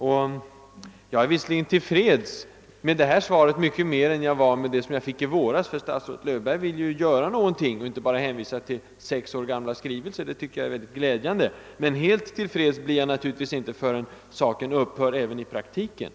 Visserligen är jag mycket mera till freds med det svar jag nu fått än med det som jag fick i våras — statsrådet Löfberg vill ju göra någonting och hänvisar inte bara till sex år gamla skrivelser, vilket jag tycker är glädjande — men helt till freds blir jag naturligtvis inte förrän systemet upphör i praktiken.